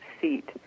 seat